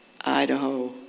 Idaho